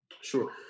Sure